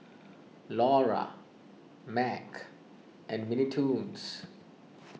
Iora Mac and Mini Toons